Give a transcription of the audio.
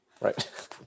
Right